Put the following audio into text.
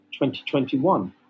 2021